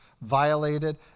violated